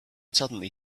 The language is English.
suddenly